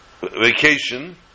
vacation